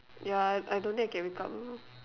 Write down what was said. ya I I don't think I can wake up also